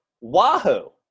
Wahoo